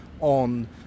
on